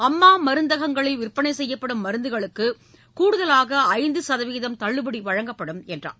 அம்மா மருந்தகங்களில் விற்பனை செய்யப்படும் மருந்துகளுக்கு கூடுதலாக ஐந்து சதவீதம் தள்ளுபடி வழங்கப்படும் என்றார்